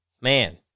man